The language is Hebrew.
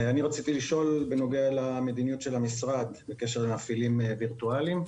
רציתי לשאול בנוגע למדיניות המשרד בקשר למפעילים וירטואליים.